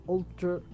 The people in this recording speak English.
Ultra